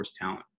Talent